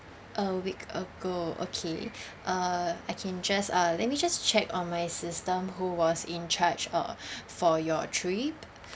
a week ago okay uh I can just uh let me just check on my system who was in charge uh for your trip